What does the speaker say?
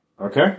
okay